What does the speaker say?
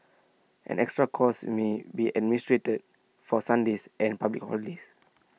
an extra cost may be administered for Sundays and public holidays